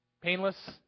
painless